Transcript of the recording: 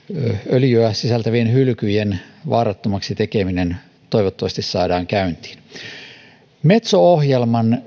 öljyä sisältävien hylkyjen vaarattomaksi tekeminen toivottavasti saadaan käyntiin metso ohjelman